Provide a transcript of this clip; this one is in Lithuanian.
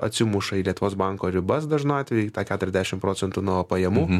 atsimuša į lietuvos banko ribas dažnu atveju keturiasdešimt procentų nuo pajamų